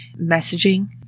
messaging